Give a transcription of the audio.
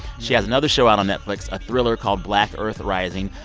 she has another show out on netflix, a thriller called black earth rising.